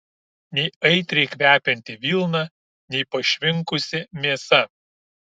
nei aitriai kvepianti vilna nei pašvinkusi mėsa